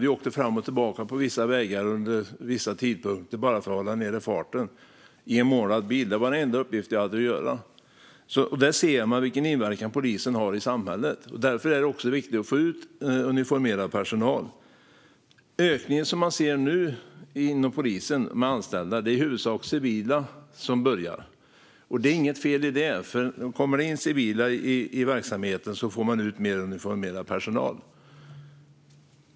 Vi åkte fram och tillbaka på vissa vägar i en målad bil vid vissa tider bara för att hålla nere farten. Det var den enda uppgift vi hade. Där ser man vilken inverkan polisen har i samhället. Därför är det också viktigt att få ut uniformerad personal. Vad gäller den ökning av antalet anställda som nu sker inom polisen är det i huvudsak civila som börjar. Det är inget fel i det; kommer det in civila i verksamheten får man ut mer uniformerad personal.